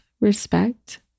respect